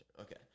okay